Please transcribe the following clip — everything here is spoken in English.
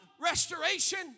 restoration